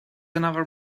another